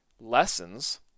lessons